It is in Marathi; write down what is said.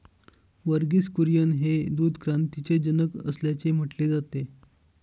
वर्गीस कुरियन हे दूध क्रांतीचे जनक असल्याचे म्हटले जाते